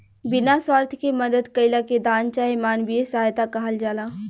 बिना स्वार्थ के मदद कईला के दान चाहे मानवीय सहायता कहल जाला